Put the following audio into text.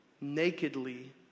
nakedly